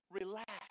relax